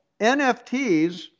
NFTs